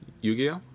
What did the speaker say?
Yu-Gi-Oh